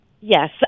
Yes